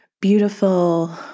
beautiful